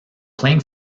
playing